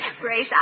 Grace